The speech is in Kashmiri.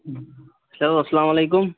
ہیٚلو اَسَلامُ عَلیکُم